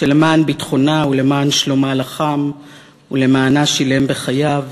שלמען ביטחונה ולמען שלומה לחם ולמענה שילם בחייו.